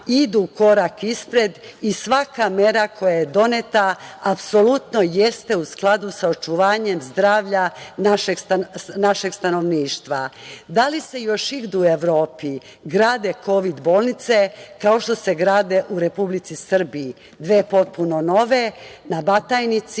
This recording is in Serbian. idu korak ispred i svaka mera koja je doneta apsolutno jeste u skladu sa očuvanjem zdravlja našeg stanovništva. Da li se još igde u Evropi gradi kovid bolnice kao što se grade u Republici Srbiji? Dve potpuno nove, na Batajnici